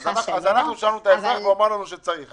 אז אנחנו שאלנו את האזרח והוא אמר שצריך.